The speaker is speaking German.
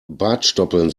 bartstoppeln